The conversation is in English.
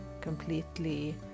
completely